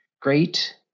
great